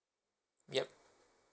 yup